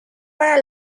para